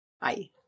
Bye